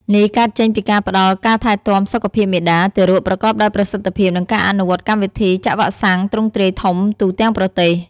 នេះកើតចេញពីការផ្តល់ការថែទាំសុខភាពមាតា-ទារកប្រកបដោយប្រសិទ្ធភាព និងការអនុវត្តកម្មវិធីចាក់វ៉ាក់សាំងទ្រង់ទ្រាយធំទូទាំងប្រទេស។